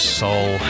soul